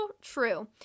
true